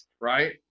right